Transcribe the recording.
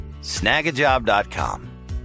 snagajob.com